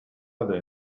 other